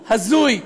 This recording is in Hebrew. הזוי,